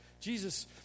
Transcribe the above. Jesus